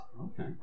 okay